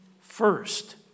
first